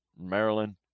Maryland